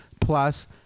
plus